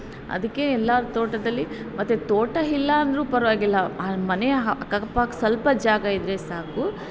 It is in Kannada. ಅದಕ್ಕೆ ಎಲ್ಲರ ತೋಟದಲ್ಲಿ ಮತ್ತು ತೋಟ ಇಲ್ಲಾಂದ್ರೂ ಪರವಾಗಿಲ್ಲ ಮನೆಯ ಅಕ್ಕಪಕ್ಕ ಸ್ವಲ್ಪ ಜಾಗ ಇದ್ದರೆ ಸಾಕು